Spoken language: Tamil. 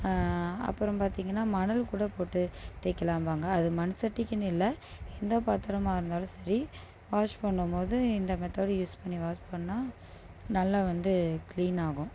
அப்புறம் பார்த்தீங்கன்னா மணல் கூட போட்டு தேய்க்கலாம்பாங்க அது மண் சட்டிக்கின்னு இல்லை எந்த பாத்திரமா இருந்தாலும் சரி வாஷ் பண்ணும்போது இந்த மெத்தடு யூஸ் பண்ணி வாஷ் பண்ணால் நல்லா வந்து க்ளீனாகும்